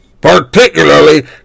Particularly